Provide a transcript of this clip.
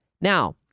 Now